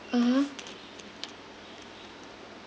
(uh huh)